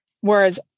Whereas